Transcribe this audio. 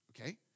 Okay